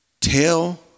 tell